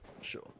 Sure